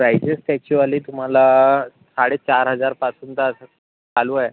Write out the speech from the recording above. prices त्याचे वाले तुम्हाला साडेचार हजारपासून तर असं चालू आहे